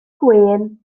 gwên